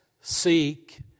seek